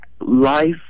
life